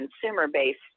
consumer-based